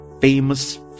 famous